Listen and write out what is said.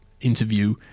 interview